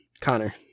Connor